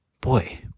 boy